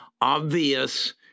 obvious